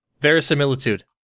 Verisimilitude